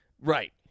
Right